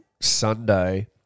Sunday